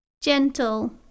gentle